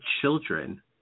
children